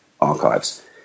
archives